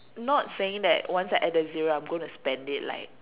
not saying that once I added the zero I'm gonna spend it like